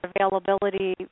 availability